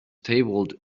tabled